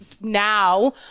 now